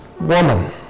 woman